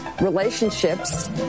relationships